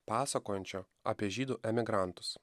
pasakojančio apie žydų emigrantus